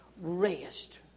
rest